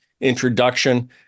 introduction